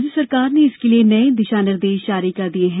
राज्य सरकार ने इसके लिए नए दिशा निर्देश जारी कर दिए हैं